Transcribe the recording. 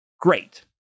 Great